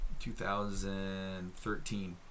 2013